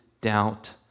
doubt